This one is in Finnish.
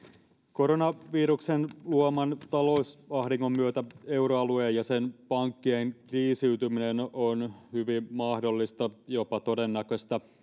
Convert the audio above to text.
koronaviruksen luoman talousahdingon myötä euroalueen ja sen pankkien kriisiytyminen on hyvin mahdollista jopa todennäköistä